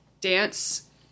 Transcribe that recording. dance